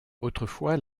autrefois